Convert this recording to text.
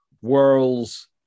world's